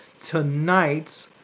tonight